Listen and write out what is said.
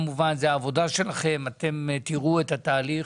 זו העבודה שלכם, אתם תראו את התהליך